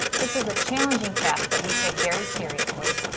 this is a challenging task that we take very seriously.